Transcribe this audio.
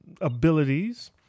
abilities